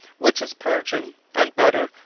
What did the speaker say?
which is purging and butter,